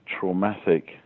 traumatic